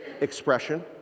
expression